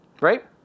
right